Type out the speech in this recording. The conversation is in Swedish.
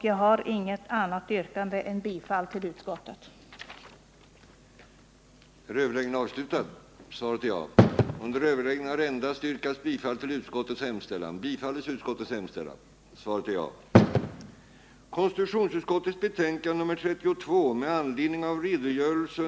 Jag yrkar bifall till utskottets hemställan.